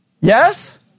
Yes